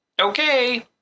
Okay